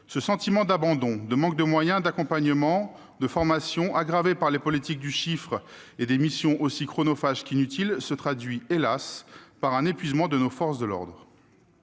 Ce sentiment d'abandon, de manque de moyens, d'accompagnement, de formation, aggravé par la politique du chiffre et des missions aussi chronophages qu'inutiles, se traduit, hélas, par l'épuisement de nos forces de l'ordre.